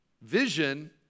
Vision